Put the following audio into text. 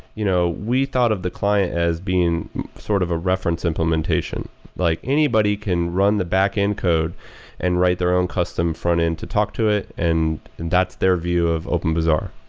you know we thought of the client as being as sort of a reference implementation like anybody can run the backend code and write their own custom frontend to talk to it and and that's their view of openbazaar.